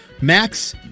Max